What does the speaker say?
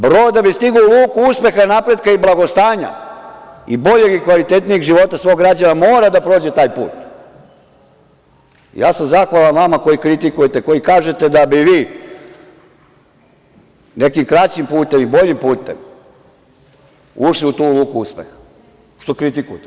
Brod da bi stigao u luku uspeha, napretka i blagostanja i boljeg i kvalitetnijeg života svojih građana mora da prođe taj put. a sam zahvalan vama koji kritikujete, koji kažete da bi vi nekim kraćim putem i boljim putem ušli u tu luku uspeha, što kritikujete.